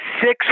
six